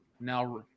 Now